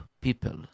people